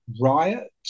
Riot